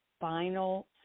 final